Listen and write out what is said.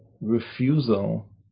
refusal